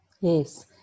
Yes